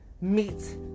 meet